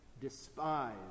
despise